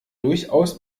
durchaus